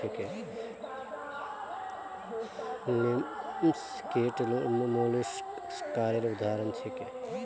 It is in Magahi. लिमस कीट मौलुसकासेर उदाहरण छीके